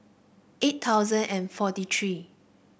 eight thousand and forty three